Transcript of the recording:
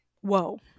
whoa